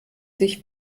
sich